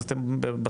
אז אתם בסוף.